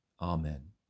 Amen